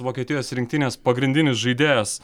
vokietijos rinktinės pagrindinis žaidėjas